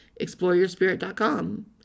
ExploreYourSpirit.com